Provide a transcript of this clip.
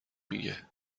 میگه